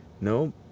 no